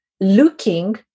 looking